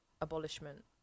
abolishment